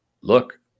look